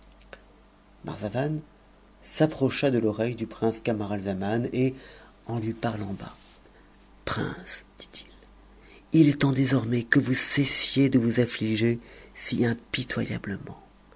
marxavan s'approcha de orei e du prince camaralzaman et en lui f j g prince dit-il il est temps désormais que vous cessiez de vous miser si impitoyablement